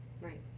Right